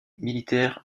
militaire